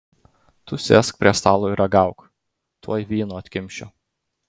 tu sėsk prie stalo ir ragauk tuoj vyno atkimšiu